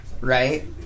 Right